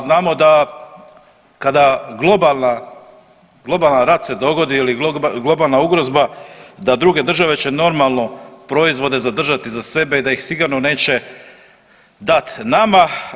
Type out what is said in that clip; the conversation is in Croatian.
Znamo da kada globalna, globalni rat se dogodi ili globalna ugrozba da druge države će normalno proizvode zadržati za sebe da ih sigurno neće dat nama.